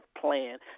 plan